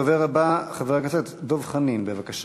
הדובר הבא, חבר הכנסת דב חנין, בבקשה.